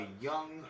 young